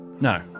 no